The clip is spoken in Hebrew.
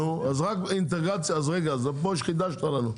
אז פה חידשת לנו.